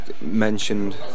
mentioned